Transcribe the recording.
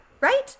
right